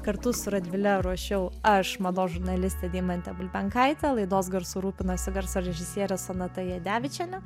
kartu su radvile ruošiau aš mados žurnalistė deimantė bulbenkaitė laidos garsu rūpinosi garso režisierė sonata jadevičienė